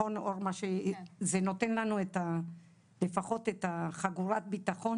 זה נותן לנו לפחות את חגורת הביטחון